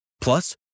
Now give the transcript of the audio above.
Plus